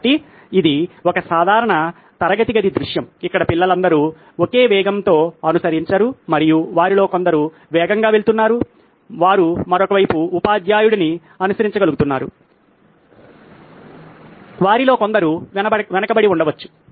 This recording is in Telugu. కాబట్టి ఇది ఒక సాధారణ తరగతి గది దృశ్యం ఇక్కడ పిల్లలందరూ ఒకే వేగంతో అనుసరించరు మరియు వారిలో కొందరు వేగంగా వెళుతున్నారు వారు మరోవైపు ఉపాధ్యాయుడిని అనుసరించగలుగుతారు వారిలో కొందరు వెనుకబడి ఉండవచ్చు